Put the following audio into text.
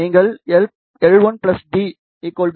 நீங்கள் L1 d 0